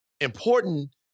important